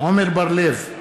עמר בר-לב,